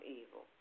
evil